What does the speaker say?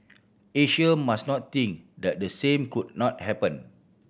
Asia must not think that the same could not happen